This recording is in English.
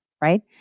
right